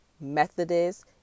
Methodist